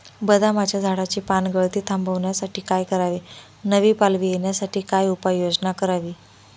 बदामाच्या झाडाची पानगळती थांबवण्यासाठी काय करावे? नवी पालवी येण्यासाठी काय उपाययोजना करावी?